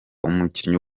umukinnyi